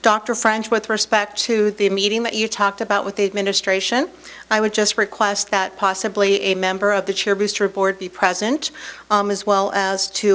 dr frank with respect to the meeting that you talked about with the administration i would just request that possibly a member of the chair booster board be present as well as to